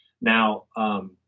Now